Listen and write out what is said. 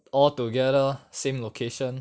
altogether same location